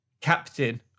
captain